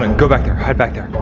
and go back there, hide back there,